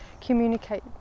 communicate